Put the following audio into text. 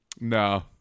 No